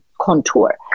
contour